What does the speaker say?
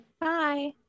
Bye